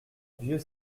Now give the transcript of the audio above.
vieux